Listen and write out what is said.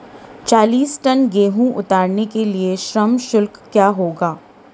चालीस टन गेहूँ उतारने के लिए श्रम शुल्क क्या होगा?